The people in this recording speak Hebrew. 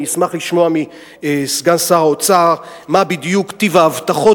אשמח לשמוע מסגן שר האוצר מה בדיוק טיב ההבטחות